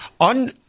on